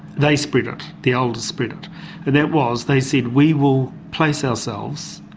they spread it, the elders spread it, and that was they said we will place ourselves,